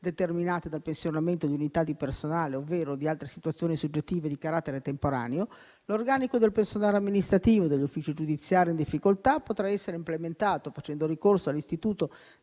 determinate dal pensionamento di unità di personale ovvero da altre situazioni soggettive di carattere temporaneo (maternità, malattia eccetera), l'organico del personale amministrativo degli uffici giudiziari in difficoltà potrà essere implementato facendo ricorso all'istituto